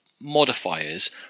modifiers